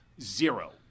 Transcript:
Zero